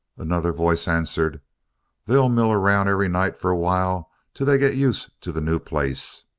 another voice answered they'll mill around every night for a while till they get used to the new place.